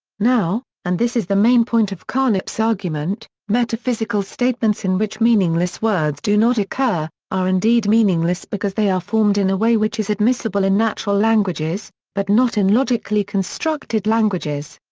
now, and this is the main point of carnap's argument, metaphysical statements in which meaningless words do not occur, occur, are indeed meaningless because they are formed in a way which is admissible in natural languages, but not in logically constructed languages.